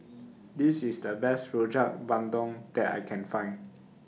This IS The Best Rojak Bandung that I Can Find